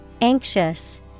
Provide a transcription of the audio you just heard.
Anxious